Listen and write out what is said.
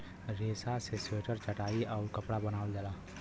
रेसा से स्वेटर चटाई आउउर कपड़ा बनावल जाला